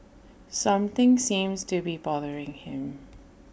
something seems to be bothering him